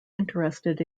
interested